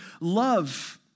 love